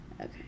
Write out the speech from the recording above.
Okay